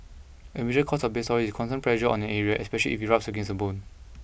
a major cause of bed sores is constant pressure on an area especially if it rubs against the bone